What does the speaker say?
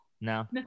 no